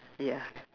ya